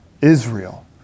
Israel